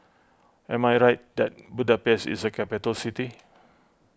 am I right that Budapest is a capital city